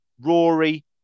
Rory